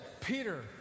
peter